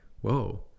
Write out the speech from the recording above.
whoa